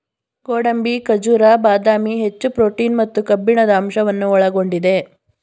ಗೋಡಂಬಿ, ಖಜೂರ, ಬಾದಾಮಿ, ಹೆಚ್ಚು ಪ್ರೋಟೀನ್ ಮತ್ತು ಕಬ್ಬಿಣದ ಅಂಶವನ್ನು ಒಳಗೊಂಡಿದೆ